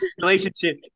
relationship